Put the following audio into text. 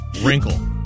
wrinkle